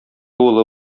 улы